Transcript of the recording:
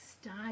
style